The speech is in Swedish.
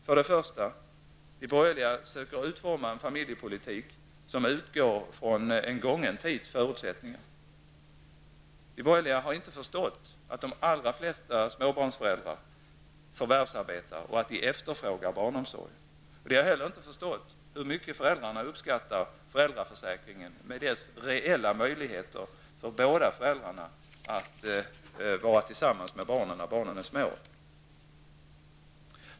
För det första försöker de borgerliga utforma en familjepolitik som utgår från en gången tids förutsättningar. De borgerliga har inte förstått att de flesta småbarnsföräldrar förvärvsarbetar och efterfrågar barnomsorg. De har inte heller förstått hur mycket föräldrarna uppskattar föräldraförsäkringen med de reella möjligheter den ger båda föräldrarna att vara tillsammans med barnen när dessa är små.